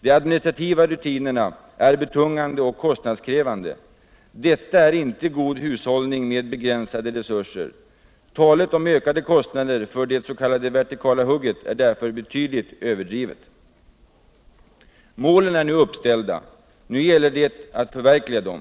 De administrativa rutinerna är betungande och kostnadskriävande, vilket inte är god hushållning med begränsade resurser, Talet om ökade kostnader för det s.k. vertikala hugget är därför betydligt överdrivet. Målen är nu uppställda. Nu gäller det att förverkliga dem.